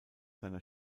seiner